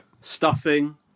Stuffing